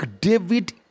David